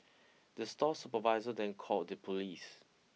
the store supervisor then called the police